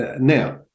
Now